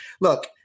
look –